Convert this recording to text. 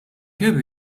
kien